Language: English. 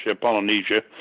Polynesia